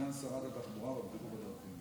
סגן שרת התחבורה והבטיחות בדרכים.